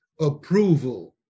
approval